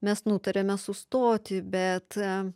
mes nutarėme sustoti bet